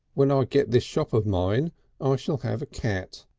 when ah i get this shop of mine i shall have a cat.